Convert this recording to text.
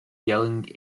yelling